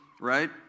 right